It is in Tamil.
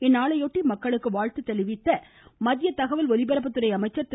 இந்நாளையொட்டி மக்களுக்கு வாழ்த்து தெரிவித்த மத்திய தகவல் ஒலிபரப்புத்துறை அமைச்சர் திரு